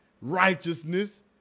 righteousness